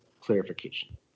clarification